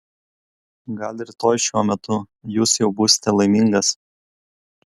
gal rytoj šiuo metu jūs jau būsite laimingas